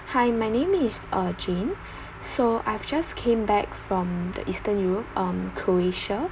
hi my name is uh jane so I've just came back from the eastern europe um croatia